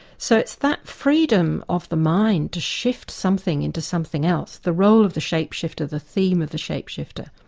so it's that freedom of the mind to shift something into something else. the role of the shape-shifter, the theme of the shape-shifter,